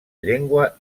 llengua